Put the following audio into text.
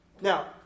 Now